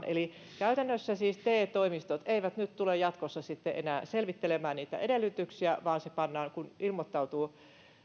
eli käytännössä siis te toimistot eivät tule jatkossa enää selvittelemään niitä edellytyksiä vaan kun ilmoittautuu